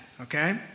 okay